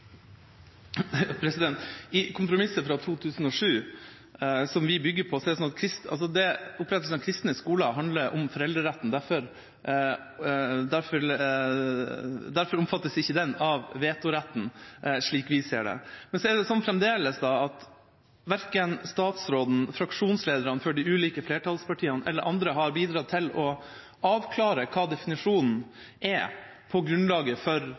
minutt. I kompromisset fra 2007 som vi bygger på, er det sånn at opprettelsen av kristne skoler handler om foreldreretten og derfor ikke omfattes av vetoretten, slik vi ser det. Men fremdeles har verken statsråden, fraksjonslederne for de ulike flertallspartiene eller andre bidratt til å avklare hva definisjonen er på grunnlaget for